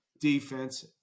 defense